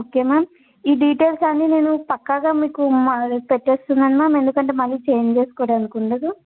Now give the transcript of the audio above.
okay ma'am ఈ details అన్నీ నేను పక్కాగా మీకు మ అదే పెట్టేస్తున్నాను మ్యామ్ ఎందుకంటే మళ్ళీ చేంజ్ చేసుకోవడానికి ఉండదు